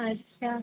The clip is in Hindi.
अच्छा